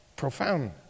Profound